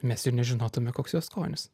mes ir nežinotume koks jo skonis